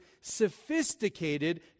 sophisticated